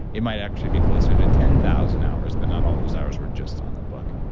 it might actually be closer to ten thousand hours, but not all those hours were just on the book.